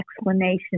explanation